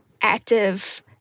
active